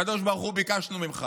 הקדוש ברוך הוא, ביקשנו ממך